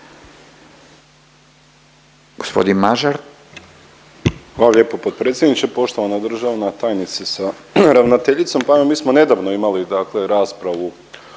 Gospodin Mažar.